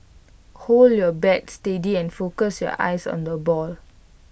hold your bat steady and focus your eyes on the ball